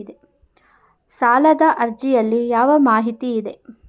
ಸಾಲದ ಅರ್ಜಿಯಲ್ಲಿ ಯಾವ ಮಾಹಿತಿ ಇದೆ?